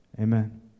Amen